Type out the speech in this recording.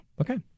Okay